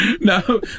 No